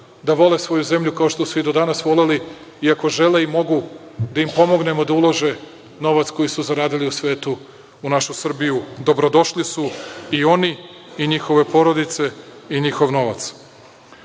da vole svoju zemlju kao što su i do danas voleli, i ako žele i mogu, da im pomognemo da ulože novac koji su zaradili u svetu u našu Srbiju. Dobrodošli su i oni i njihove porodice i njihov